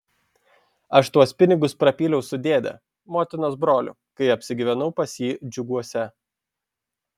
aš tuos pinigus prapyliau su dėde motinos broliu kai apsigyvenau pas jį džiuguose